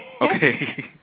Okay